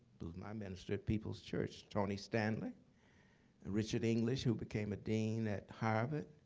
was my minister at people's church, tony stanley and richard english, who became a dean at harvard.